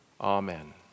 Amen